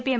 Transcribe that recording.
P M